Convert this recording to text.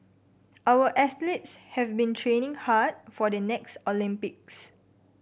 our athletes have been training hard for the next Olympics